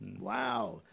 Wow